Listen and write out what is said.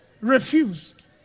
refused